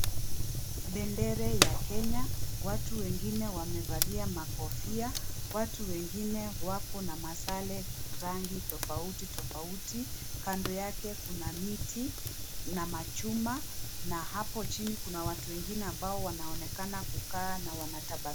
Bendera ya Kenya, watu wengine wamevalia makofia, watu wengine wako na masare rangi tofauti tofauti, kando yake kuna miti na machuma na hapo chini kuna watu wengine ambao wanaonekana kukaa na kutabasamu.